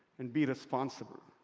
and be responsible.